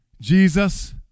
Jesus